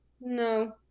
No